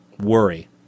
Worry